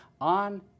on